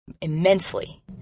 Immensely